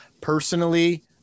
personally